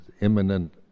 imminent